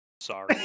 Sorry